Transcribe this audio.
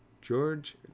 George